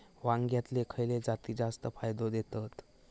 वांग्यातले खयले जाती जास्त फायदो देतत?